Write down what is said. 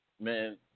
Man